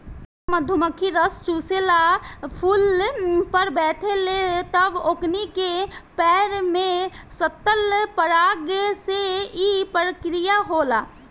जब मधुमखी रस चुसेला फुल पर बैठे ले तब ओकनी के पैर में सटल पराग से ई प्रक्रिया होला